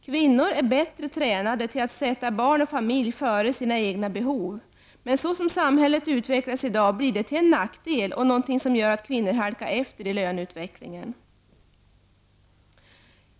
Kvinnor är bättre tränade till att sätta barn och familj före sina egna behov, men så som samhället utvecklas i dag blir det till en nackdel och något som gör att kvinnor halkar efter i löneutvecklingen.